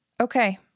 Okay